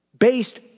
based